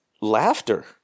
laughter